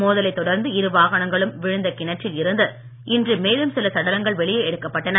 மோதலை தொடர்ந்து இரு வாகனங்களும் விழுந்த கிணற்றில் இருந்து இன்று மேலும் சில சடலங்கள் வெளியே எடுக்கப்பட்டன